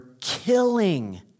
killing